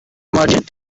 merchant